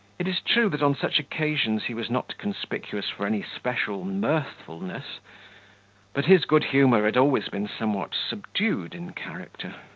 it is true that on such occasions he was not conspicuous for any special mirthfulness but his good-humour had always been somewhat subdued in character.